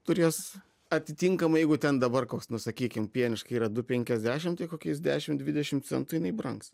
turės atitinkamai jeigu ten dabar koks nu sakykim pieniška yra du penkiasdešim tai kokiais dešim dvidešim centų jinai brangs